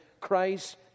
Christ